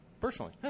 personally